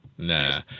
Nah